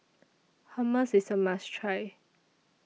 Hummus IS A must Try